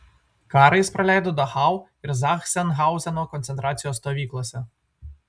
karą jis praleido dachau ir zachsenhauzeno koncentracijos stovyklose